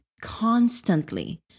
Constantly